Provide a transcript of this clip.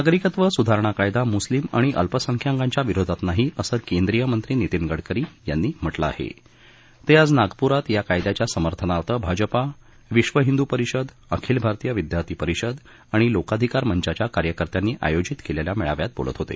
नागरिकत्व सुधारणा कायदा मुस्लिम आणि अल्पसंख्याकांच्या विरोधात नाही असं केंद्रीय मंत्री नितीन गडकरी यांनी म्हटलं आहे ते आज नागप्रात या कायदयाच्या समर्थनार्थ भाजपा विश्व हिंदू परिषद अखिल भारतीय विद्यार्थी अभाविप आणि लोकाधिकार मंचाच्या कार्यकर्त्यांनी आयोजित केलेल्या मेळाव्यात बोलत होते